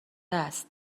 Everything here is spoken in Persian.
است